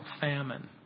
famine